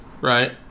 right